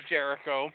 Jericho